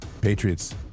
Patriots